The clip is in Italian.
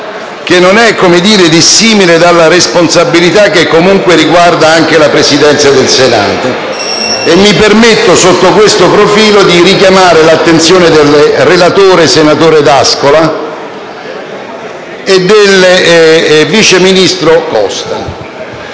che non è dissimile dalla responsabilità che, comunque, riguarda anche la Presidenza del Senato. Sotto questo profilo, mi permetto di richiamare l'attenzione del relatore, senatore D'Ascola, e del vice ministro Costa.